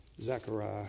Zechariah